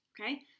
okay